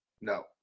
No